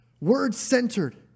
Word-centered